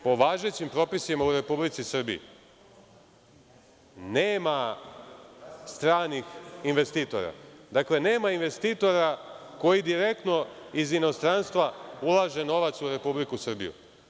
Po važećim propisima u Republici Srbiji nema stranih investitora, dakle nema investitora koji direktno iz inostranstva ulaže novac u Republiku Srbiju.